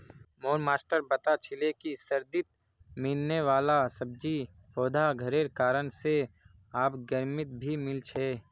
मोर मास्टर बता छीले कि सर्दित मिलने वाला सब्जि पौधा घरेर कारण से आब गर्मित भी मिल छे